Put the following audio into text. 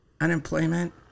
Unemployment